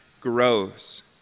grows